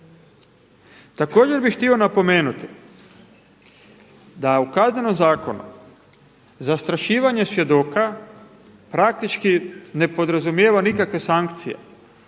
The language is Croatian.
Također bi htio napomenuti da u Kaznenom zakonu zastrašivanje svjedoka praktički ne podrazumijeva nikakve sankcije.